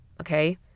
Okay